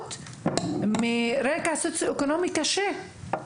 מגיעות מרקע סוציו אקונומי קשה.